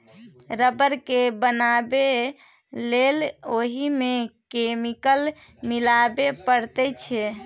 rubber केँ बनाबै लेल ओहि मे केमिकल मिलाबे परैत छै